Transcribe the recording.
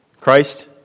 Christ